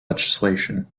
legislation